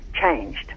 changed